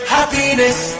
Happiness